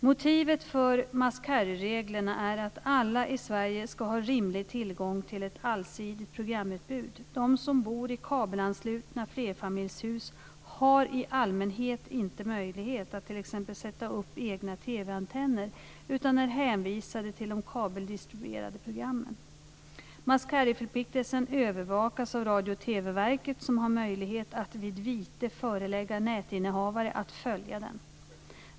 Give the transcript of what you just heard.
Motivet för must carry-reglerna är att alla i Sverige ska ha rimlig tillgång till ett allsidigt programutbud. De som bor i kabelanslutna flerfamiljshus har i allmänhet inte möjlighet att t.ex. sätta upp egna TV antenner utan är hänvisade till de kabeldistribuerade programmen. TV-verket som har möjlighet att vid vite förelägga nätinnehavare att följa den.